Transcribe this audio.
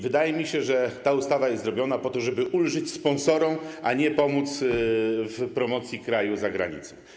Wydaje mi się, że ta ustawa jest zrobiona po to, żeby ulżyć sponsorom, a nie pomóc w promocji kraju za granicą.